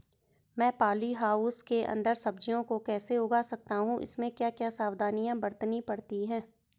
मैं poly house के अन्दर सब्जियों को कैसे उगा सकता हूँ इसमें क्या क्या सावधानियाँ बरतनी पड़ती है?